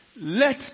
Let